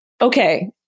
Okay